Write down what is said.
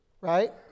right